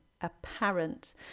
apparent